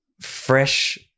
fresh